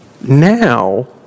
Now